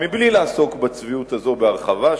אז מבלי לעסוק בצביעות הזאת בהרחבה,